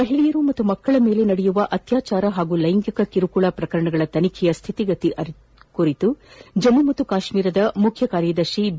ಮಹಿಳೆಯರು ಮತ್ತು ಮಕ್ಕಳ ಮೇಲೆ ನಡೆಯುವ ಅತ್ಯಾಚಾರ ಹಾಗೂ ಲೈಂಗಿಕ ಕಿರುಕುಳ ಪ್ರಕರಣಗಳ ತನಿಖೆಯ ಸ್ಥಿತಿಗತಿಗಳನ್ನು ಕುರಿತು ಜಮ್ಮು ಮತ್ತು ಕಾಶ್ಮೀರದ ಮುಖ್ಯ ಕಾರ್ಯದರ್ಶಿ ಬಿ